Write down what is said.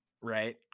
Right